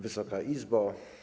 Wysoka Izbo!